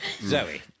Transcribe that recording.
Zoe